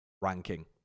ranking